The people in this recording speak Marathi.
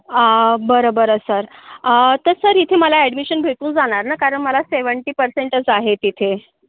बरं बरं सर तर सर इथे मला ॲडमिशन भेटून जाणार ना कारण मला सेव्हन्टी पर्सेंटच आहेत इथे